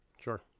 Sure